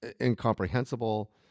incomprehensible